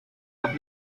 auf